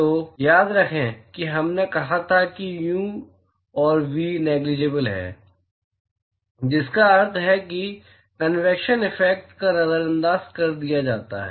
तो याद रखें कि हमने कहा था कि यू और वी नेगलिजिबल हैं जिसका अर्थ है कि कनवेक्शन एफेक्ट्स को नजरअंदाज कर दिया जाता है